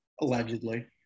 Allegedly